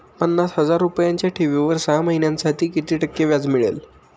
पन्नास हजार रुपयांच्या ठेवीवर सहा महिन्यांसाठी किती टक्के व्याज मिळेल?